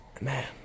Man